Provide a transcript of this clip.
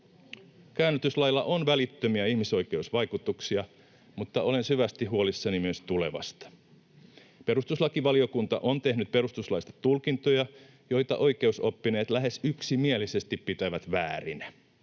Käännytyslailla on välittömiä ihmisoikeusvaikutuksia, mutta olen syvästi huolissani myös tulevasta. Perustuslakivaliokunta on tehnyt perustuslaista tulkintoja, joita oikeusoppineet lähes yksimielisesti pitävät väärinä.